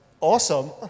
awesome